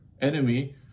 enemy